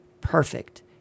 perfect